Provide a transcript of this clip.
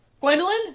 Gwendolyn